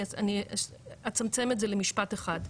אני אצמצם את זה למשפט אחד,